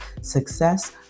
success